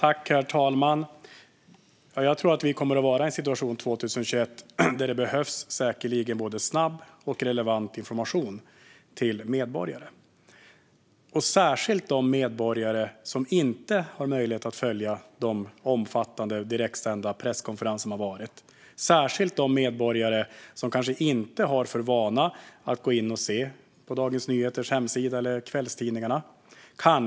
Herr talman! Jag tror att vi under 2021 kommer att vara i en situation där det säkerligen behövs både snabb och relevant information till medborgare, särskilt de medborgare som inte har möjlighet att följa de omfattande direktsända presskonferenser som har varit och de medborgare som inte har för vana att gå in på Dagens Nyheters eller kvällstidningarnas hemsidor.